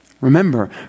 Remember